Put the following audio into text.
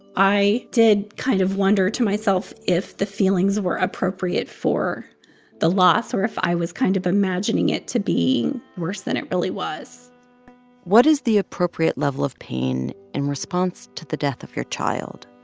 i did kind of wonder to myself if the feelings were appropriate for the loss or if i was kind of imagining it to be being worse than it really was what is the appropriate level of pain in response to the death of your child?